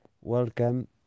Welcome